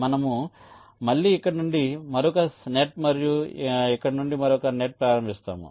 మనము మళ్ళీ ఇక్కడ నుండి మరొక నెట్ మరియు ఇక్కడ నుండి మరొక నెట్ ప్రారంభిస్తాము